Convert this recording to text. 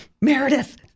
Meredith